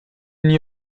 n’y